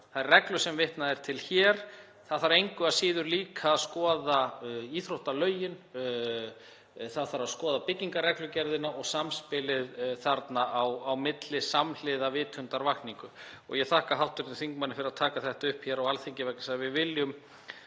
að þær reglur sem vitnað er til hér, að það þurfi engu að síður líka að skoða íþróttalögin, það þurfi að skoða byggingarreglugerðina og samspilið þarna á milli samhliða vitundarvakningu. Ég þakka hv. þingmanni fyrir að taka þetta upp hér á Alþingi vegna þess að við viljum